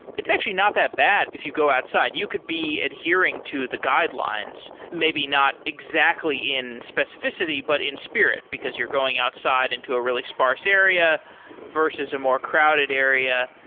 it's actually not that bad if you go outside. you could be adhering to the guidelines maybe not exactly in specificity, but in spirit, because you're going outside into a really sparse area versus a more crowded area.